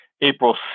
April